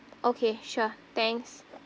okay sure thanks